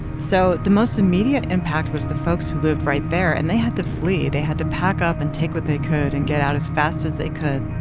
so the most immediate impact was the folks who lived right there, and they had to flee. they had to pack up and take what they could and get out as fast as they could